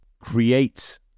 create